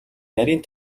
нарийн